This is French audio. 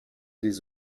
des